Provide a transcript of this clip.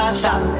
stop